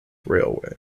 railway